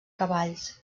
cavalls